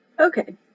Okay